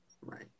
Right